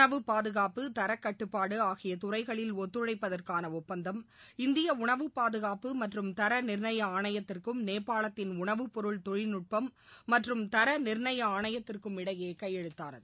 உணவு பாதுகாப்பு தரக்கட்டுப்பாடு ஆகிய துறைகளில் ஒத்துழைப்பதற்கான ஒப்பந்தம் இந்திய உணவு பாதுகாப்பு மற்றும் தர நிர்ணய ஆணையத்திற்கும் நேபாளத்தின் உணவுப்பொருள் தொழில்நுட்பம் மற்றும் தர நிர்ணய ஆணையத்திற்கும் இடையே கையெழுத்தானது